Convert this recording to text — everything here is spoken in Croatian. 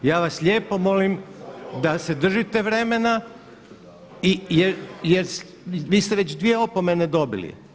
Ja vas lijepo molim da se držite vremena i vi ste već dvije opomene dobili.